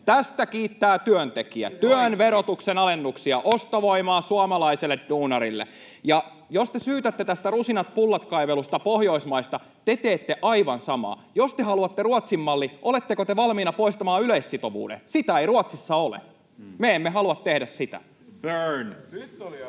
Tästä kiittää työntekijä. Työn verotuksen alennuksia, ostovoimaa suomalaiselle duunarille. Ja jos te syytätte tästä rusinat pullasta ‑kaivelusta Pohjoismaita, te teette aivan samaa. Jos te haluatte Ruotsin-mallin, oletteko te valmiita poistamaan yleissitovuuden? Sitä ei Ruotsissa ole. Me emme halua tehdä sitä.